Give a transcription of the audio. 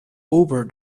over